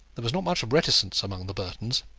there was not much reticence among the burtons.